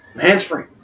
hands-free